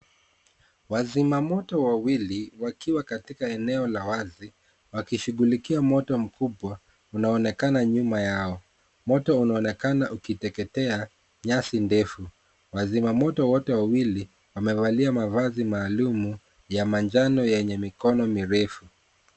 Wazima Moto wawili wakiwa katika eneo la wazi wakishughulikia Moto mkubwa unaonekana nyuma Yao. Moto umeonekana ukiteketea nyasi ndefu, wazima moto wote wawili wamevalia mavazi maalum ya manjano yenye mikono mirefu.